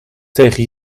tegen